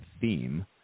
theme